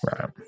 Right